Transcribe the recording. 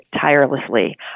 tirelessly